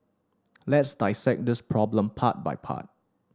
let's dissect this problem part by part